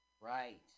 Right